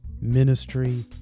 ministry